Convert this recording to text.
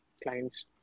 clients